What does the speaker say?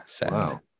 Wow